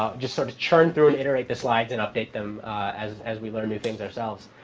ah just sort of churn through and iterate the slides and update them as as we learn new things ourselves.